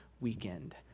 weekend